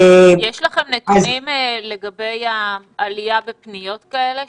יש לכם נתונים לגבי העלייה בפניות כאלה?